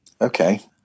Okay